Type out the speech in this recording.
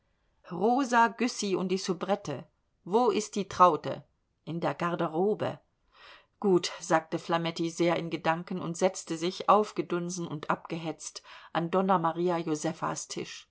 rosa güssy und die soubrette wo ist die traute in der garderobe gut sagte flametti sehr in gedanken und setzte sich aufgedunsen und abgehetzt an donna maria josefas